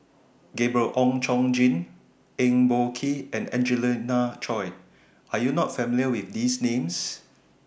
Gabriel Oon Chong Jin Eng Boh Kee and Angelina Choy Are YOU not familiar with These Names